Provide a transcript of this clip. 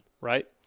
Right